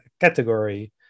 category